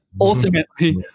ultimately